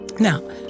Now